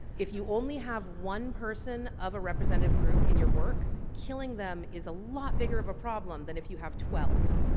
if you only have one person of a representative group in your work, killing them is a lot bigger of a problem than if you have twelve.